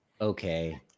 Okay